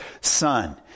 son